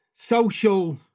Social